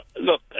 look